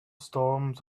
storms